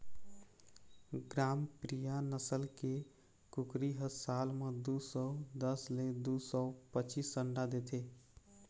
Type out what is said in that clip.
ग्रामप्रिया नसल के कुकरी ह साल म दू सौ दस ले दू सौ पचीस अंडा देथे